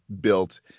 built